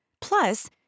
Plus